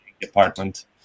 Department